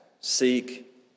seek